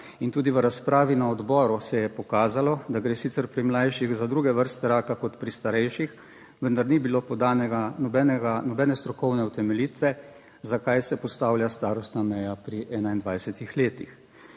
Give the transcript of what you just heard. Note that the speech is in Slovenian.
In tudi v razpravi na odboru se je pokazalo, da gre sicer pri mlajših za druge vrste raka kot pri starejših, vendar ni bilo podanega nobene strokovne utemeljitve zakaj se postavlja starostna meja pri 21 letih.